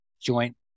joint